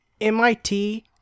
MIT